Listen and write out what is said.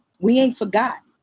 we ain't forgot.